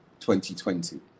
2020